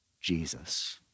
Jesus